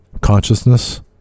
consciousness